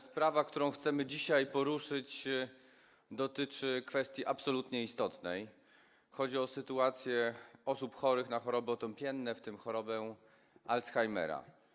Sprawa, którą chcemy dzisiaj poruszyć, dotyczy kwestii absolutnie istotnej, chodzi o sytuację osób chorych na choroby otępienne, w tym chorobę Alzheimera.